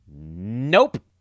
Nope